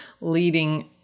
leading